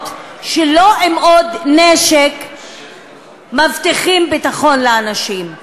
שלא עם עוד נשק מבטיחים ביטחון לאנשים,